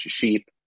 sheep